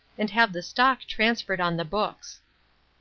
and have the stock transferred on the books.